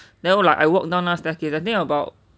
then like I walk down 那个 staircase then think about